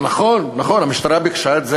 לא זכור לי שהם ביקשו את זה